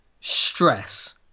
stress